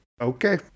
Okay